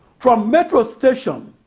from metro station,